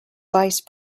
vice